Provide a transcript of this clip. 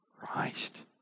Christ